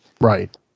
right